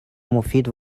مفید